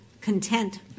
content